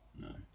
No